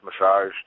massage